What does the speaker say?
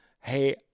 hey